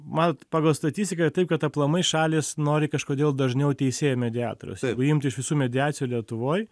matot pagal statistiką taip kad aplamai šalys nori kažkodėl dažniau teisėjo mediatoriaus jeigu imti iš visų mediacijų lietuvoj